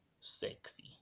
sexy